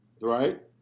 Right